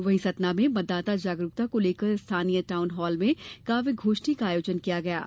वहीं सतना में मतदाता जागरूकता को लेकर स्थानीय टाउन हाल में काव्यगोष्ठी का आयोजन किया गया है